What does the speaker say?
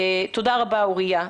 תודה רבה אוריה.